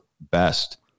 best